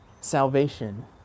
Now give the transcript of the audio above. salvation